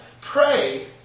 Pray